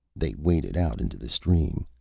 they waded out into the stream.